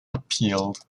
appealed